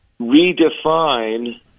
redefine